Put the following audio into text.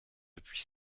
depuis